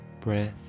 breath